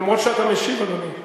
למרות שאתה משיב, אדוני.